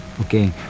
okay